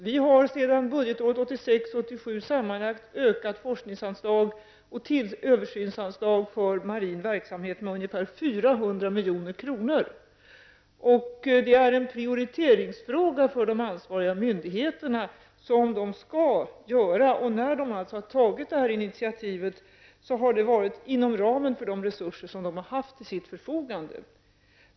Vi har sedan budgetåret 1986/87 sammanlagt ökat forskningsanslagen och översynsanslagen för marin verksamhet med ungefär 400 milj.kr. Det är en prioriteringsfråga för de ansvariga myndigheterna. När de har tagit detta initiativ har det varit inom ramen för de resurser som de har haft till sitt förfogande.